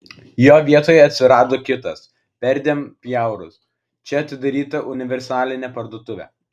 jo vietoje atsirado kitas perdėm bjaurus čia atidaryta universalinė parduotuvė